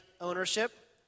ownership